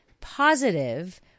positive